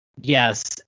Yes